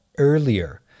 earlier